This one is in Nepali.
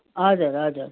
हजुर हजुर